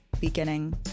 beginning